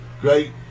Great